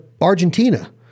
argentina